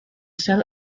cel